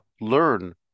learn